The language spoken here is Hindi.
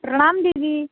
प्रणाम दीदी